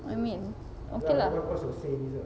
I mean okay lah